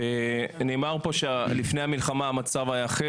אדוני היושב-ראש, אבל יש באילת.